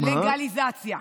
לגליזציה,